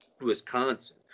Wisconsin